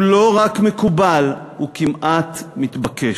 הוא לא רק מקובל, הוא כמעט מתבקש.